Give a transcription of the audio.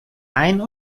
ein